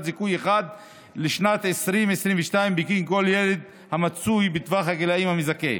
זיכוי אחת לשנת 2022 בגין כל ילד בטווח הגילים המזכה.